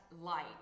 light